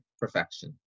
perfection